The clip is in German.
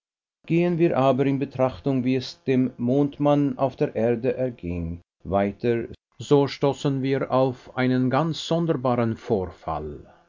gehen wir aber in betrachtung wie es dem mondmann auf der erde erging weiter so stoßen wir auf einen ganz sonderbaren vorfall